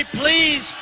please